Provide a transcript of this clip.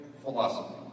philosophy